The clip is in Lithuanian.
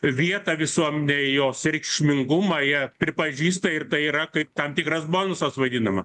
vietą visuomenėj jos reikšmingumą jie pripažįsta ir tai yra kaip tam tikras bonusas vadinama